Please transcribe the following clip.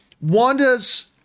Wanda's